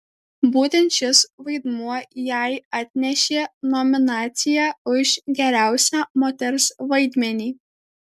būtent šis vaidmuo jai atnešė nominaciją už geriausią moters vaidmenį